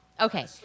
Okay